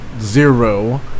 zero